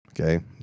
okay